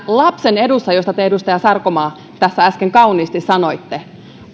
lapsen edussa josta te edustaja sarkomaa tässä äsken kauniisti sanoitte